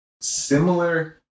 Similar